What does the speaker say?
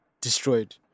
destroyed